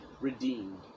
redeemed